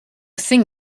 thing